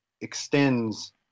extends